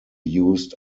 used